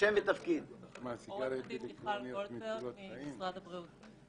עו"ד מיכל גולדברג, משרד הבריאות.